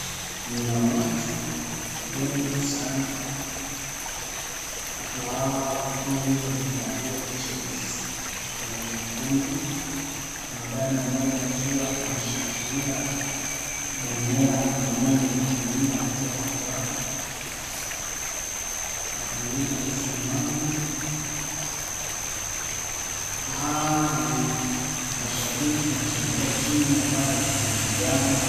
Mna watu wengi sana. Watu hawa wengi wamevalia jezi la nyekundu na dada mmoja akiwa meshikilia bendera mkononi akinyanyua akiwa na furaha. Watu wengine wamesimama. Watu hawa ni mashabiki wanashangilia timu ambayo iko uwanjani.